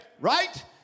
Right